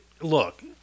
Look